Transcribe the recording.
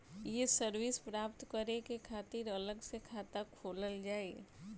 ये सर्विस प्राप्त करे के खातिर अलग से खाता खोलल जाइ?